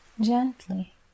gently